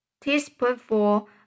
teaspoonful